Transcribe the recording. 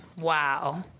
Wow